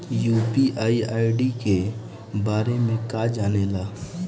UPI ID के बारे में का जाने ल?